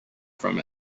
from